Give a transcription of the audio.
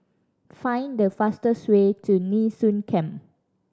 find the fastest way to Nee Soon Camp